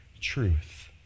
truth